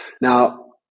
Now